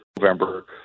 November